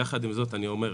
יחד עם זאת אני אומר,